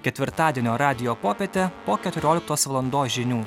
ketvirtadienio radijo popietę po keturioliktos valandos žinių